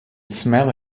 smell